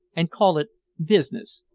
and call it business!